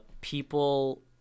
people